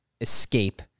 escape